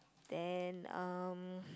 then um